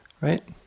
right